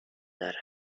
داره